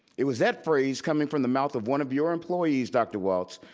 it was that phrase coming from the mouth of one of your employees, dr. walts,